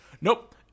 Nope